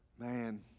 Man